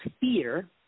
fear